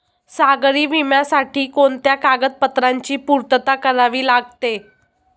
सागरी विम्यासाठी कोणत्या कागदपत्रांची पूर्तता करावी लागते?